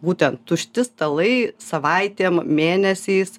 būtent tušti stalai savaitėm mėnesiais